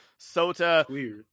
Sota